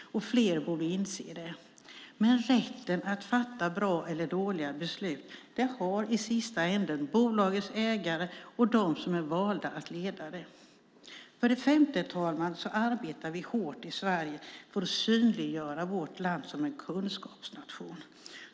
Fler borde inse det. Men rätten att fatta bra eller dåliga beslut har i sista hand bolagets ägare och de som är valda att leda det. För det femte, herr talman, arbetar vi hårt i Sverige för att synliggöra vårt land som en kunskapsnation.